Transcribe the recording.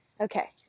okay